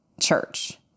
church